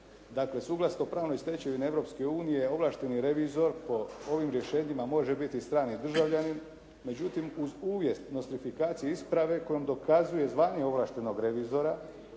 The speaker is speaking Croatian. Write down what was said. Dakle suglasnost o pravnoj stečevini Europske unije ovlašteni revizor po ovim rješenjima može biti strani državljanin, međutim uz uvjet nostrifikacije isprave kojom dokazuje zvanje ovlaštenog revizora